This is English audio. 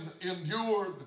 endured